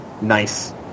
nice